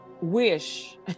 wish